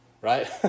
right